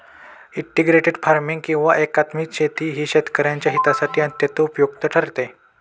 integrated farming किंवा एकात्मिक शेती ही शेतकऱ्यांच्या हितासाठी अत्यंत उपयुक्त ठरते